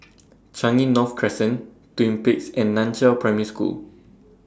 Changi North Crescent Twin Peaks and NAN Chiau Primary School